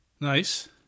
Nice